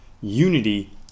Unity